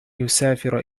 يسافر